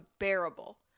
unbearable